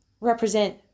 represent